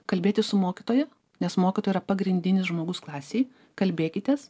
kalbėtis su mokytoja nes mokytoja yra pagrindinis žmogus klasėj kalbėkitės